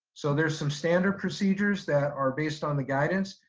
so there's some standard procedures that are based on the guidance,